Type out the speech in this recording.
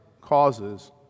causes